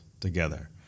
together